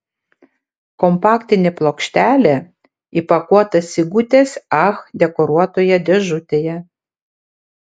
kompaktinė plokštelė įpakuota sigutės ach dekoruotoje dėžutėje